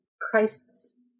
Christ's